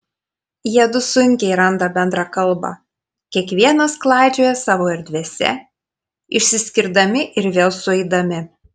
jiedu sunkiai randa bendrą kalbą kiekvienas klaidžioja savo erdvėse išsiskirdami ir vėl sueidami